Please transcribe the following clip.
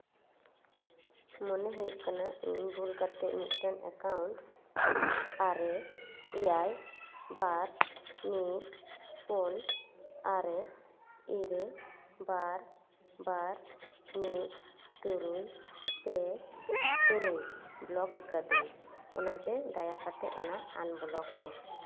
ᱢᱚᱱᱮ ᱦᱩᱭᱩᱜ ᱠᱟᱱᱟ ᱤᱧ ᱵᱷᱩᱞ ᱠᱟᱛᱮ ᱢᱤᱫᱴᱮᱱ ᱮᱠᱟᱣᱩᱱᱴ ᱟᱨᱮ ᱮᱭᱟᱭ ᱵᱟᱨ ᱢᱤᱫ ᱯᱩᱱ ᱟᱨᱮ ᱤᱨᱟᱹᱞ ᱵᱟᱨ ᱵᱟᱨ ᱢᱤᱫ ᱛᱩᱨᱩᱭ ᱯᱮ ᱛᱩᱨᱩᱭ ᱞᱚᱠ ᱟᱠᱟᱫᱟᱹᱧ ᱚᱱᱟᱛᱮ ᱫᱟᱭᱟ ᱠᱟᱛᱮ ᱚᱱᱟ ᱟᱱᱵᱞᱚᱠ ᱢᱮ